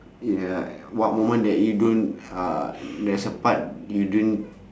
ya what moment that you don't uh there's a part you didn't